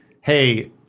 hey